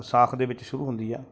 ਵਿਸਾਖ ਦੇ ਵਿੱਚ ਸ਼ੁਰੂ ਹੁੰਦੀ ਹੈ